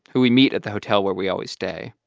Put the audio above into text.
who we meet at the hotel where we always stay,